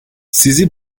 sizi